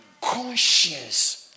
conscience